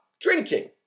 drinking